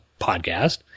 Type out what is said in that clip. podcast